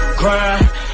grind